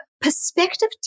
perspective